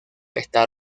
está